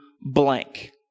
blank